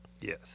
Yes